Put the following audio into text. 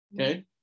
Okay